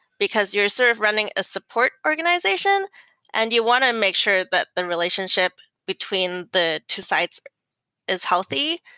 because you're sort of running a support organization and you want to make sure that the relationship between the two sites is healthy.